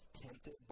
tempted